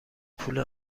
پول